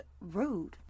rude